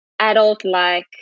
adult-like